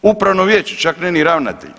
Upravno vijeće, čak ne ni ravnatelj.